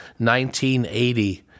1980